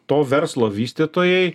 to verslo vystytojai